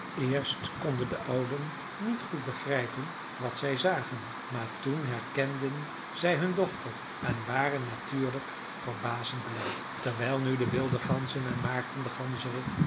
eerst konden de ouden niet goed begrijpen wat zij zagen maar toen herkenden zij hun dochter en waren natuurlijk verbazend blij terwijl nu de wilde ganzen en maarten de